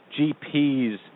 GPs